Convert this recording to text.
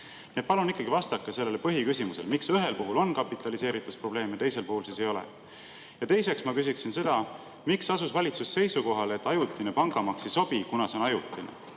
et palun ikkagi vastake sellele põhiküsimusele: miks ühel puhul on kapitaliseeritus probleem ja teisel puhul siis ei ole? Ja teiseks ma küsin seda: miks asus valitsus seisukohale, et ajutine pangamaks ei sobi, kuna see on ajutine?